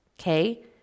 okay